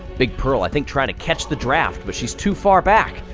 big pearl, i think, trying to catch the draft, but she's too far back!